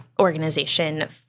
organization